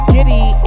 Giddy